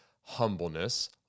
Humbleness